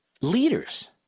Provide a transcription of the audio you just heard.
leaders